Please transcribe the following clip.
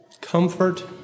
Comfort